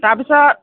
তাৰপিছত